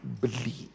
believe